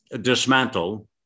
dismantle